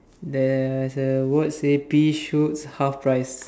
there's a word say pea shoots half price